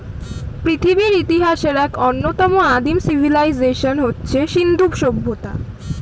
পৃথিবীর ইতিহাসের এক অন্যতম আদিম সিভিলাইজেশন হচ্ছে সিন্ধু সভ্যতা